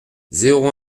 zéro